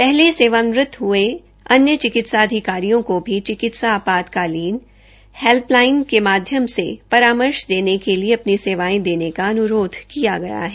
पहले सेवावितृत हये अन्रू चिकित्सा अधिकारियों को भी चिकित्सा आपातकालीन हैल्पलाइन के माध्यम से परामर्श देने के लिए अपनी सेवायें देने का अनुरोध किया गया है